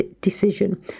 decision